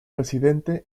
residente